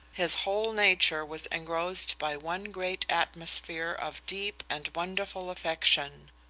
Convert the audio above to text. his whole nature was engrossed by one great atmosphere of deep and wonderful affection.